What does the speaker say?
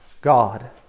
God